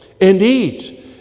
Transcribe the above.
Indeed